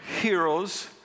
heroes